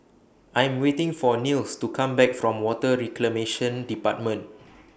I Am waiting For Nils to Come Back from Water Reclamation department